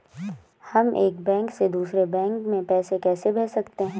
हम एक बैंक से दूसरे बैंक में पैसे कैसे भेज सकते हैं?